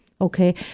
Okay